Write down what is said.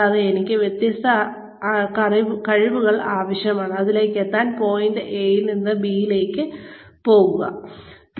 കൂടാതെ അതിലേക്ക് എത്തിച്ചേരാൻ പോയിന്റ് എയിൽ നിന്ന് ബിയിലേക്ക് പോകാൻ എനിക്ക് ഈ വ്യത്യസ്ത കഴിവുകൾ ആവശ്യമാണ്